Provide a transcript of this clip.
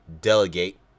delegate